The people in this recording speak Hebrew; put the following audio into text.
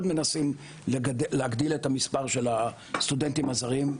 מנסים להגדיל את המספר של הסטודנטים הזרים,